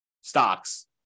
stocks